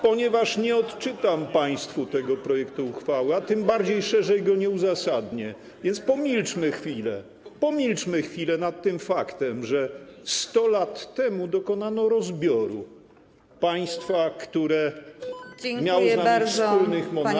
Ponieważ nie odczytam państwu tego projektu uchwały, a tym bardziej szerzej go nie uzasadnię, więc pomilczmy chwilę, pomilczmy chwilę nad tym faktem, że 100 lat temu dokonano rozbioru państwa, które miało z nami wspólnych monarchów.